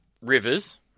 Rivers